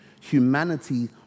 humanity